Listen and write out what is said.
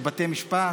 לבתי משפט,